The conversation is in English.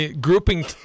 grouping